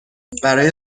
برای